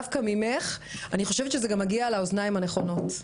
דווקא ממך אני חושבת שזה מגיע לאוזניים הנכונות.